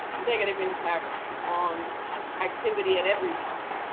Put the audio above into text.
negative impact on activity at every front,